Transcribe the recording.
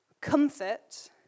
Comfort